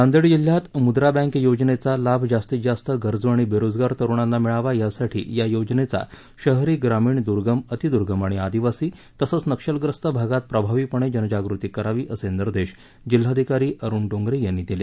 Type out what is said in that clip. नांदेड जिल्ह्यात मुद्रा बँक योजनेचा लाभ जास्तीत जास्त गरजू आणि बेरोजगार तरुणांना मिळावा यासाठी या योजनेचा शहरी ग्रामीण दुर्गम अती दुर्गम आणि आदिवासी तसंच नक्षलग्रस्त भागात प्रभावीपणे जनजागृती करावी असे निदेश जिल्हाधिकारी अरुण डोंगरे यांनी दिले